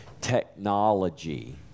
technology